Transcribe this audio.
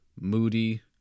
Moody